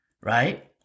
Right